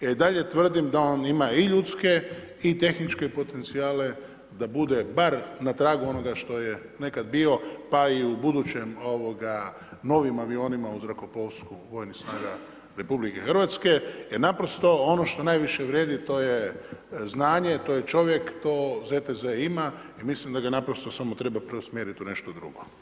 Ja i dalje tvrdim da on ima i ljudske i tehničke potencijale da bude bar na tragu onoga što je nekad bio, pa i u budućem novim avionima u zrakoplovstvu … RH, jer naprosto, ono što najviše vrijedi, to je znanje, to je čovjek, to ZTZ ima, i mislim da ga naprosto samo treba preusmjeriti u nešto drugo.